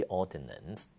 ordinance